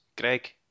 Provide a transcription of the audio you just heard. Greg